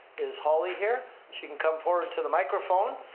is holly here? she can come forward to the microphone.